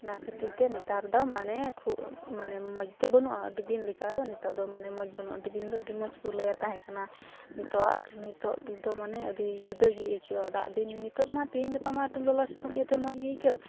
ᱚᱱᱟ ᱠᱷᱟᱹᱛᱤᱨᱛᱮ ᱱᱮᱛᱟᱨᱫᱚ ᱢᱟᱱᱮ ᱠᱷᱩᱵᱽ ᱢᱟᱱᱮ ᱢᱚᱡᱽᱫᱚ ᱵᱟᱹᱱᱩᱜᱼᱟ ᱟᱹᱰᱤᱫᱤᱱ ᱞᱮᱠᱟᱫᱚ ᱱᱤᱛᱚᱜᱫᱚ ᱢᱟᱱᱮ ᱢᱚᱡᱽ ᱵᱟᱹᱱᱩᱜᱼᱟ ᱟᱹᱰᱤᱫᱤᱱ ᱫᱚ ᱟᱹᱰᱤ ᱢᱚᱡᱽᱠᱚ ᱞᱟᱹᱭᱮᱫ ᱛᱟᱦᱮᱸᱠᱟᱱᱟ ᱱᱤᱛᱚᱜᱼᱟᱜ ᱱᱤᱛᱚᱜᱫᱚ ᱢᱟᱱᱮ ᱟᱹᱰᱤ ᱡᱩᱫᱟᱹᱜᱮ ᱟᱹᱭᱠᱟᱹᱜᱼᱟ ᱫᱟᱜᱫᱤᱱ ᱱᱤᱛᱚᱜᱢᱟ ᱛᱮᱦᱮᱧᱼᱜᱟᱯᱟᱢᱟ ᱞᱚᱞᱚ ᱥᱤᱛᱩᱝ ᱤᱭᱟᱹᱛᱮ ᱢᱚᱡᱽᱜᱮ ᱟᱹᱭᱠᱟᱹᱜ